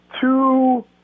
two